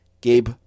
Gabe